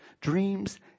dreams